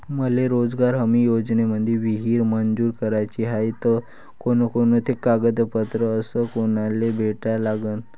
मले रोजगार हमी योजनेमंदी विहीर मंजूर कराची हाये त कोनकोनते कागदपत्र अस कोनाले भेटा लागन?